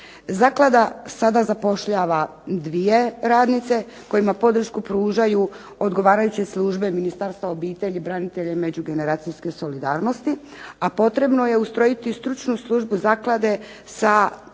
Zaklada sada zapošljava 2 radnice kojima podršku pružaju odgovarajuće službe Ministarstva obitelji, branitelja i međugeneracijske solidarnosti, a potrebno je ustrojiti stručnu službu zaklade sa